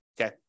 okay